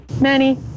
Manny